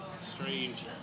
strange